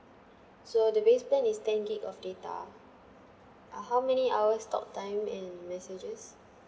so the base plan is ten GIG of data ah how many hours talk time and messages